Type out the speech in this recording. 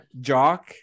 Jock